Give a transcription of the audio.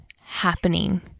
happening